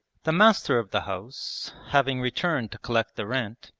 the master of the house having returned to collect the rent,